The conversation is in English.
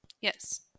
Yes